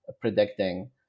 predicting